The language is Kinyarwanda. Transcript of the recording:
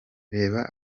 reba